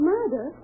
Murder